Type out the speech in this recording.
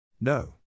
No